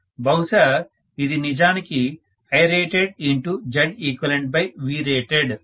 బహుశా ఇది నిజానికి IratedZeqVrated ని సూచిస్తుంది